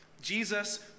Jesus